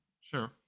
Sure